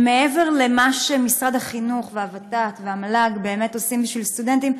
מעבר למה שמשרד החינוך והוות"ת והמל"ג באמת עושים בשביל סטודנטים,